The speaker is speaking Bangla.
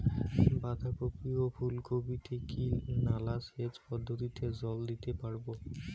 বাধা কপি ও ফুল কপি তে কি নালা সেচ পদ্ধতিতে জল দিতে পারবো?